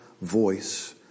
voice